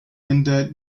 linda